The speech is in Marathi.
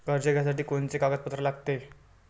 कर्ज घ्यासाठी कोनचे कागदपत्र लागते?